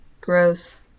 Gross